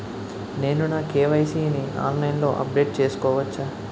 నేను నా కే.వై.సీ ని ఆన్లైన్ లో అప్డేట్ చేసుకోవచ్చా?